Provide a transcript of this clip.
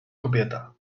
kobieta